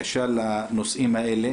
קשה לנושאים האלה